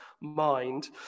mind